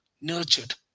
nurtured